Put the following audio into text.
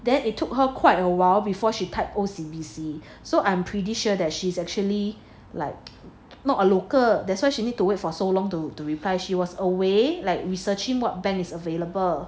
then it took her quite awhile before she type O_C_B_C so I'm pretty sure that she's actually like not a local that's why she need to wait for so long to to reply she was away like researching what bank is available